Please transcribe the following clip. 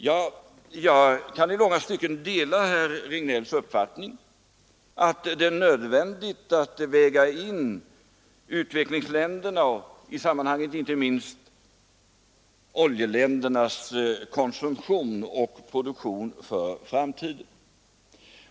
Ja, jag kan i många stycken dela herr Regnélls uppfattning att det är nödvändigt att väga in utvecklingsländernas — och i sammanhanget inte minst oljeländernas — konsumtion och produktion för framtiden.